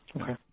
Okay